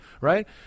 right